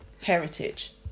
heritage